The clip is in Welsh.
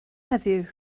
heddiw